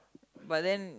but then